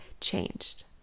changed